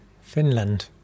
Finland